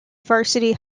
varsity